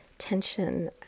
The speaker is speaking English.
tension